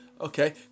Okay